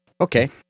Okay